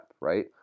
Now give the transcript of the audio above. right